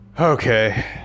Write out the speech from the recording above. Okay